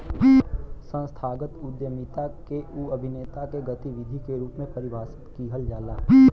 संस्थागत उद्यमिता के उ अभिनेता के गतिविधि के रूप में परिभाषित किहल जाला